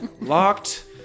Locked